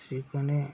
शिकणे